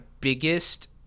biggest